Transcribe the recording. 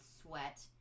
sweat